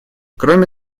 кроме